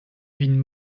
vin